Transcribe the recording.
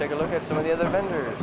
take a look at some of the other vendors